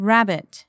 Rabbit